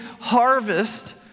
harvest